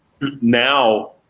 now